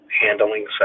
handling